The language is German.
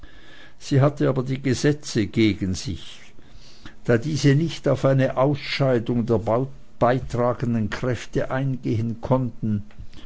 sie hatte aber die gesetze gegen sich da diese nicht auf eine ausscheidung der beitragenden kräfte eingehen konnten